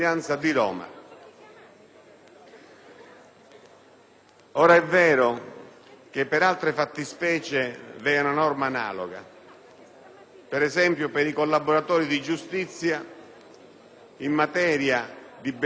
Roma. È vero che per altre fattispecie vi è una norma analoga. Per esempio, per i collaboratori di giustizia in materia di benefici penitenziari